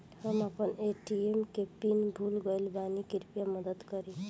हम आपन ए.टी.एम के पीन भूल गइल बानी कृपया मदद करी